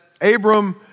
Abram